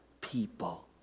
people